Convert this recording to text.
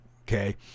okay